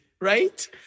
Right